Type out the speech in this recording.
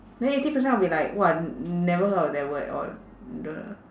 then eighty percent I'll be like !wah! never heard of that word or the